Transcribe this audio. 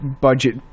budget